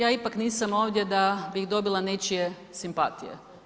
Ja ipak nisam ovdje da bih dobila nečije simpatije.